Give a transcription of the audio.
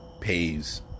pays